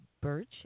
birch